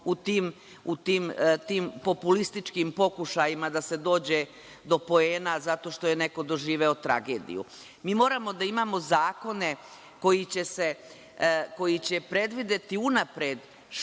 u tim populističkim pokušajima da se dođe do poena, zato što je neko doživeo tragediju. Mi moramo da imamo zakone koji će predvideti unapred